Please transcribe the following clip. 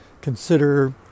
consider